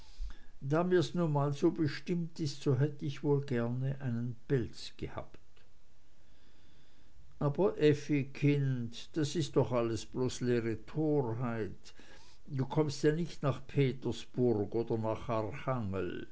da mir's nun mal so bestimmt ist so hätte ich wohl gern einen pelz gehabt aber effi kind das ist doch alles bloß leere torheit du kommst ja nicht nach petersburg oder nach